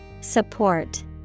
Support